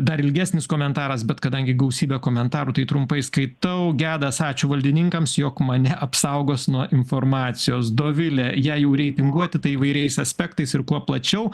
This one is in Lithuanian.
dar ilgesnis komentaras bet kadangi gausybė komentarų tai trumpai skaitau gedas ačiū valdininkams jog mane apsaugos nuo informacijos dovilė jei jų reitinguoti tai įvairiais aspektais ir kuo plačiau